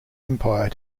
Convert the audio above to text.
empire